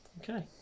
Okay